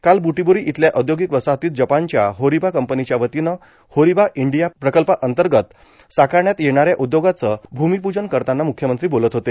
ब्रुटीबोरी इथल्या औद्योगिक वसाहतीत जपानच्या होरिबा कंपनीच्या वतीनं होरिबा इंडिया प्रकल्पांतर्गत साकारण्यात येणाऱ्या उद्योगाचं भूमिपूजन करताना मुख्यमंत्री बोलत होते